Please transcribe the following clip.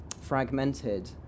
fragmented